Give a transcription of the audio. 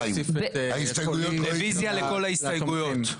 רביזיה לכל ההסתייגויות.